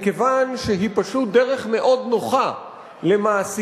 מכיוון שהיא פשוט דרך מאוד נוחה למעסיקים